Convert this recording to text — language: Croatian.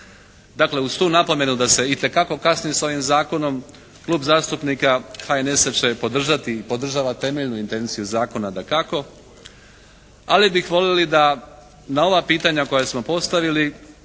Dakle, uz tu napomenu da se itekako kasni sa ovim zakonom klub zastupnika HNS-a će podržati i podržava temeljnu intenciju zakona dakako. Ali bi voljeli da na ova pitanja koja smo postavili